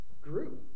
grew